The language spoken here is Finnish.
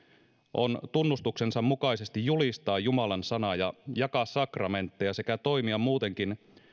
on tunnustuksensa mukaisesti julistaa jumalan sanaa ja jakaa sakramentteja sekä toimia muutenkin